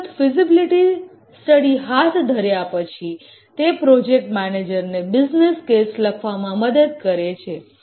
એક વખત feasibility study હાથ ધર્યા પછી તે પ્રોજેક્ટ મેનેજર ને બિઝનેસ કેસ લખવામાં મદદ કરે છે